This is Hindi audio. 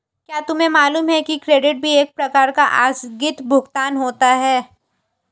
क्या तुम्हें मालूम है कि क्रेडिट भी एक प्रकार का आस्थगित भुगतान होता है?